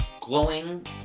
glowing